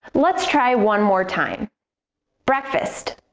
let's try one more time breakfast,